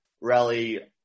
Rally